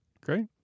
Great